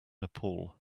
nepal